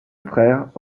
frère